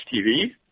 TV